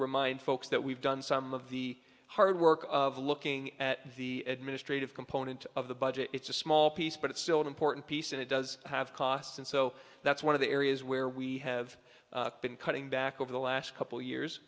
remind folks that we've done some of the hard work of looking at the administrative component of the budget it's a small piece but it's still an important piece and it does have costs and so that's one of the areas where we have been cutting back over the last couple years